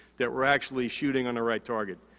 that we're actually shooting on the right target.